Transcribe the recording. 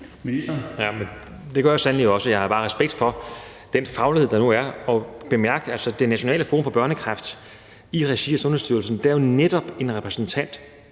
Det gør jeg sandelig også, og jeg har meget respekt for den faglighed, der nu er. Bemærk, at der i det nationale forum for børnekræft i regi af Sundhedsstyrelsen netop er en repræsentant